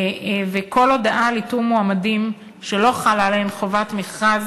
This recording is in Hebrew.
וכל הודעה על איתור מועמדים שלא חלה עליהם חובת מכרז